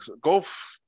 golf